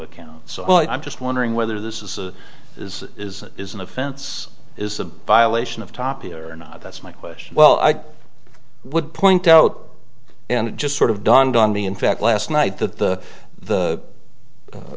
account so i'm just wondering whether this is is is is an offense is a violation of copyright or not that's my question well i would point out and it just sort of dawned on me in fact last night that the the